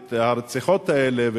הרציחות האלה,